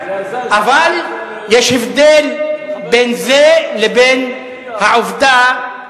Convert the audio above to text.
אבל יש הבדל בין זה לבין העובדה,